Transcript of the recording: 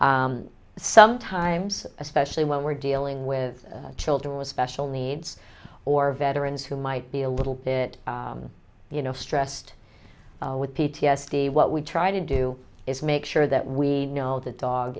sometimes especially when we're dealing with children with special needs or veterans who might be a little bit you know stressed with p t s d what we try to do is make sure that we know the dog